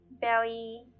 belly